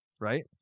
right